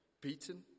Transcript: beaten